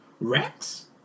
Rex